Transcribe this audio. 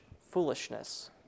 foolishness